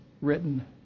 written